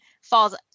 falls